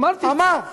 אמרתי את זה.